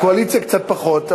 הקואליציה קצת פחות,